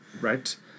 right